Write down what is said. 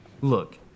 Look